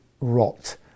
rot